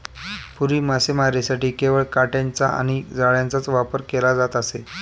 पूर्वी मासेमारीसाठी केवळ काटयांचा आणि जाळ्यांचाच वापर केला जात असे